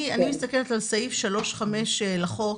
אני מסתכלת על סעיף 3.5 לחוק,